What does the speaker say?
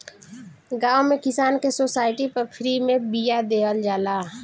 गांव में किसान के सोसाइटी पर फ्री में बिया देहल जाला